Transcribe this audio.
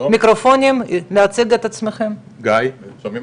תציגו את עצמכם במיקרופונים.